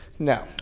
No